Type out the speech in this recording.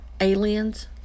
Aliens